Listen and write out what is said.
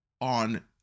on